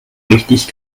richtig